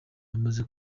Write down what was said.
yamaze